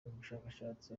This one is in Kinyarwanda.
bushakashatsi